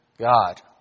God